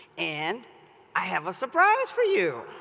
and i have a surprise for you.